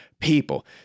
people